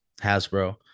Hasbro